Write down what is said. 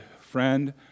friend